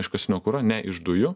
iškastinio kuro ne iš dujų